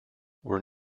were